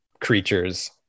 creatures